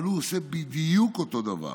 אבל הוא עושה בדיוק אותו דבר.